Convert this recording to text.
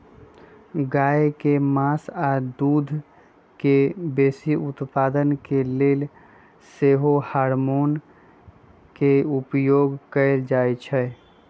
गाय के मास आऽ दूध के बेशी उत्पादन के लेल सेहो हार्मोन के उपयोग कएल जाइ छइ